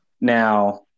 Now